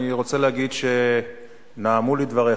אני רוצה להגיד שנעמו לי דבריך,